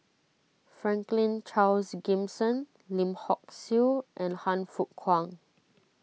Franklin Charles Gimson Lim Hock Siew and Han Fook Kwang